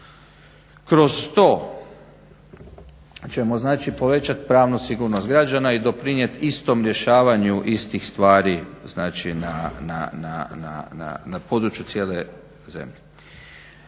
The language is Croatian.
Kroz to ćemo znači povećat pravnu sigurnost građana i doprinijet istom rješavanju istih stvari, znači na području cijele zemlje.